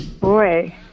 Boy